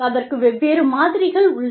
அதற்கு வெவ்வேறு மாதிரிகள் உள்ளன